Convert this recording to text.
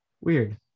Weird